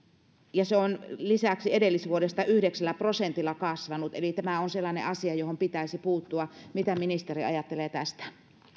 se on lisäksi edellisvuodesta yhdeksällä prosentilla kasvanut eli tämä on sellainen asia johon pitäisi puuttua mitä ministeri ajattelee tästä